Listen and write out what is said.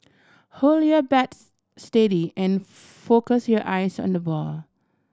hold your bat steady and focus your eyes on the ball